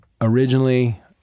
Originally